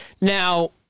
Now